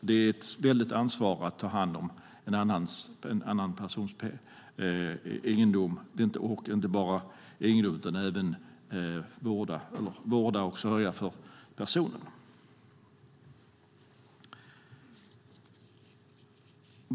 Det är ett väldigt ansvar att ta hand om en annan persons egendom och även vårda och sörja för den personen.